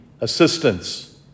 assistance